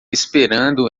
esperando